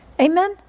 amen